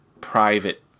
private